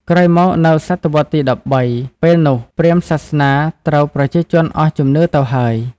ក្រោយមកនៅសតវត្សរ៍ទី ១៣ ពេលនោះព្រាហ្មណ៍សាសនាត្រូវប្រជាជនអស់ជំនឿទៅហើយ។